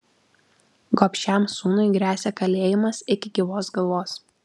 gobšiam sūnui gresia kalėjimas iki gyvos galvos